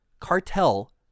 cartel